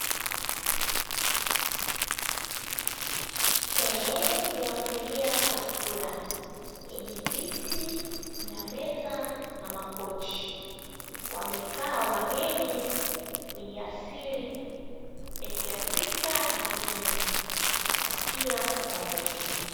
Sehemu ya kulia chakula yenye viti, meza na makochi. Wamekaa wageni wenye asili ya kiafrika na kizungu wakila kwa pamoja.